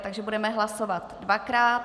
Takže budeme hlasovat dvakrát.